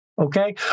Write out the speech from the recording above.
Okay